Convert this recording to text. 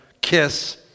kiss